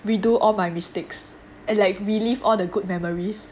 redo all my mistakes and like relive all the good memories